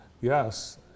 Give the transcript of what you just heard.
Yes